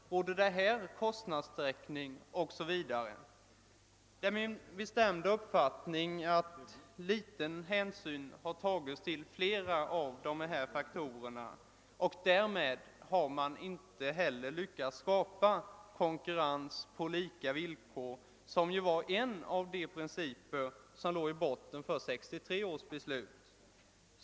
Föreligger det härvidlag kostnadstäckning? Det är min bestämda uppfattning att liten hänsyn har tagits till flera av dessa faktorer. Därmed har man inte heller lyckats skapa konkurrens på lika villkor, som ju var en av de principer som låg i botten för 1963 års beslut.